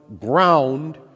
ground